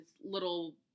little